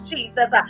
Jesus